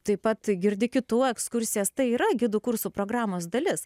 taip pat girdi kitų ekskursijas tai yra gidų kursų programos dalis